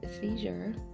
seizure